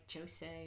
Jose